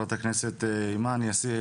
חברת הכנסת יאסין,